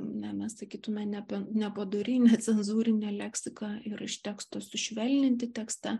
na mes sakytume nebent nepadori necenzūrinė leksika ir iš teksto sušvelninti tekstą